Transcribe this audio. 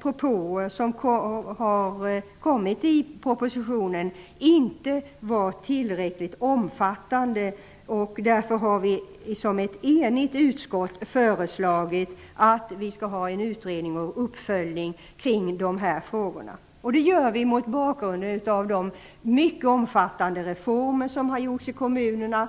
propåerna i propositionen inte är tillräckligt omfattande. Därför har ett enigt utskott föreslagit att dessa frågor skall utredas och följas upp -- detta mot bakgrund av de mycket omfattande reformer som har gjorts i kommunerna.